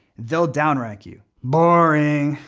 they'll down rank you. boring,